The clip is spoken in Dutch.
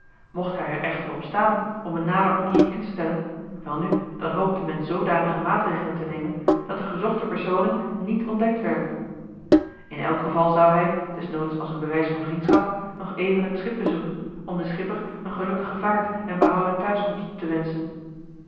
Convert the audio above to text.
mocht hij er echter op staan om een nader onderzoek in te stellen welnu dan hoopte men zoodanige maatregelen te nemen dat de gezochte personen niet ontdekt werden in elk geval zou hij desnoods als joh h been paddeltje de scheepsjongen van michiel de ruijter een bewijs van vriendschap nog even het schip bezoeken om den schipper een gelukkige vaart en behouden thuiskomst te wenschen